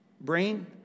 brain